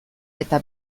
eta